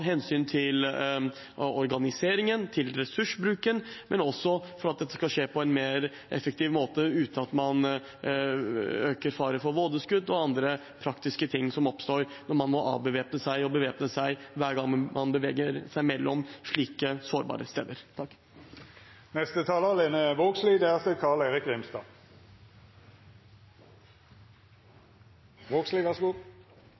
hensyn til organiseringen, til ressursbruken, men også for at dette skal skje på en mer effektiv måte, uten at man øker faren for vådeskudd og andre praktiske ting som kan oppstå når man må avvæpne seg og bevæpne seg hver gang man beveger seg mellom slike sårbare steder. Eg skal vere kort, så neste